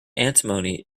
antimony